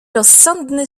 rozsądny